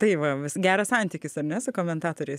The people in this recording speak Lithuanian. tai va vis geras santykis ar ne su komentatoriais